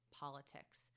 politics